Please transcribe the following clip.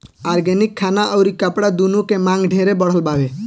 organic खाना अउरी कपड़ा दूनो के मांग ढेरे बढ़ल बावे